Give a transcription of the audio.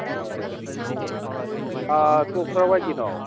ꯑꯣ ꯇꯣꯞ ꯀꯗꯥꯏꯋꯥꯏꯒꯤꯅꯣ